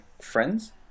friends